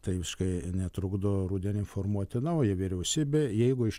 tai visiškai netrukdo rudenį formuoti naują vyriausybę jeigu iš